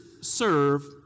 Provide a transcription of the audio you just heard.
serve